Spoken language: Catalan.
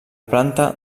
planta